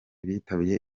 bitabye